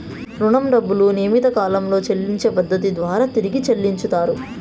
రుణం డబ్బులు నియమిత కాలంలో చెల్లించే పద్ధతి ద్వారా తిరిగి చెల్లించుతరు